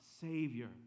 Savior